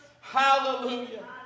Hallelujah